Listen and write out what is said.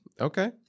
okay